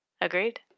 Agreed